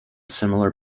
similar